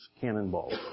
cannonballs